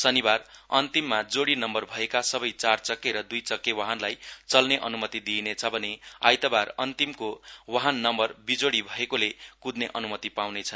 शनीबार जोड़ी नम्बर भएका सबै चार चक्के र दुई चक्के वाहनलाई चल्ने अन्मति दिइनेछ भने आइतबार अन्तिमको वाहन नम्बर विजोड़ी भएकाले क्दने अन्मति पाउने छन्